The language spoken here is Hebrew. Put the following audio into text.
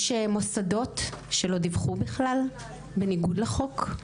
יש מוסדות שלא דיווחו בכלל, בניגוד לחוק.